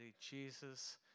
Jesus